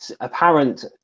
apparent